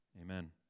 Amen